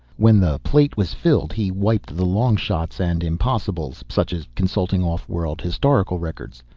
when the plate was filled he wiped the long shots and impossibles such as consulting off-world historical records.